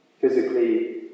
physically